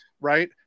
right